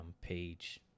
page